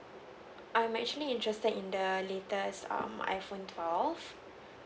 I'm actually interested in the latest um iPhone twelve